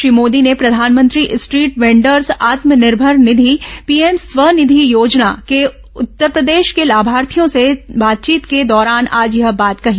श्री मोदी ने प्रधानमंत्री street vendors आत्मनिर्भर निधि पीएम स्वनिधि योजना के उत्तरप्रदेश के लाभार्थियों से बातचीत के दौरान आज यह बात कही